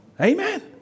Amen